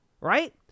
right